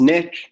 Nick